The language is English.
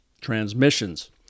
transmissions